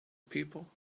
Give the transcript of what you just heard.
people